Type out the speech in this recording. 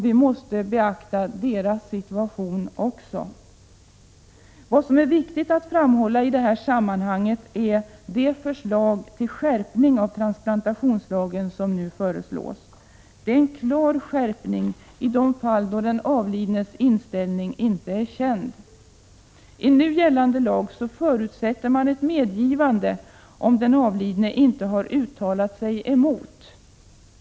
Vi måste beakta deras situation också. I det här sammanhanget är det viktigt att framhålla att det finns ett förslag till skärpning av transplantationslagen. Förslaget innebär en klar skärpning i de fall då den avlidnes inställning inte är känd. I nu gällande lag förutsätts ett medgivande om den avlidne inte uttalat sig emot.